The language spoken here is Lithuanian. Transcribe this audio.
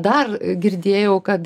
dar girdėjau kad